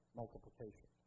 multiplication